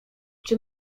czy